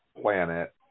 planet